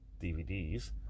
DVDs